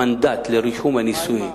המנדט לרישום הנישואים